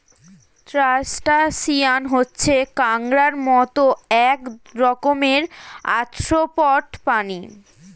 crustacean হচ্ছে কাঁকড়ার মত এক রকমের আর্থ্রোপড প্রাণী